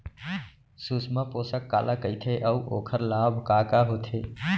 सुषमा पोसक काला कइथे अऊ ओखर लाभ का का होथे?